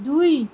দুই